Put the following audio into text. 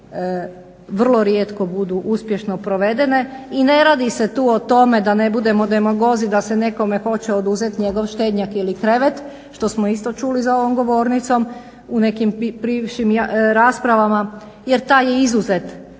vrlo rijetko budu uspješno provedene i ne radi se tu o tome da ne budemo demagozi, da se nekome hoće oduzet njegov štednjak ili krevet što smo isto čuli za ovom govornicom u nekim bivšim raspravama jer taj je izuzet